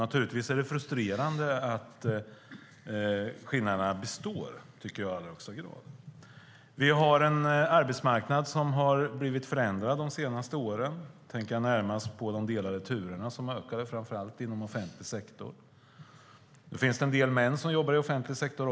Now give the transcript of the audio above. Naturligtvis är det frustrerande att skillnaderna består. Vi har en arbetsmarknad som har förändrats de senaste åren. Jag tänker närmast på de delade turerna som har ökat, framför allt inom offentlig sektor. Det finns även en del män som jobbar i offentlig sektor.